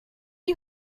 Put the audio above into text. you